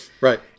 Right